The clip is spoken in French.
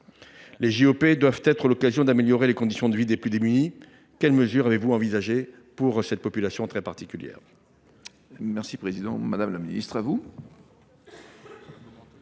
Les JOP doivent être l’occasion d’améliorer les conditions de vie des plus démunis. Quelles mesures avez vous envisagées pour cette population très particulière ?